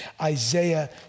Isaiah